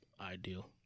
ideal